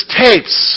tapes